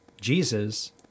Jesus